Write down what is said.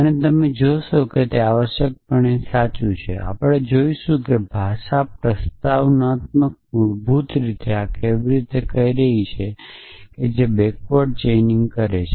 અને તમે જોશો કે તે આવશ્યકપણે સાચુ છે આપણે જોશું કે ભાષા પ્રસ્તાવના મૂળભૂત રીતે આ કેવી રીતે કરી રહી છે જે તે બેક્વર્ડ ચેઇનિંગ કરે છે